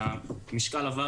המשקל עבר